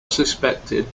suspected